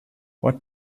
what